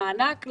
למענק.